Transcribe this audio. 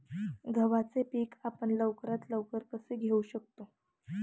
गव्हाचे पीक आपण लवकरात लवकर कसे घेऊ शकतो?